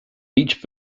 each